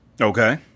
Okay